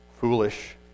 Foolish